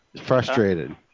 Frustrated